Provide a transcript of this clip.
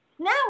now